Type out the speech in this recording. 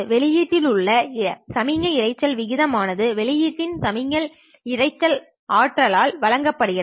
வெளியீட்டில் உள்ள சமிக்ஞை இரைச்சல் விகிதம் ஆனது வெளியீட்டியின் சமிக்ஞை ஆற்றல் ஆல் வழங்கப்படுகிறது